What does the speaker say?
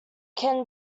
can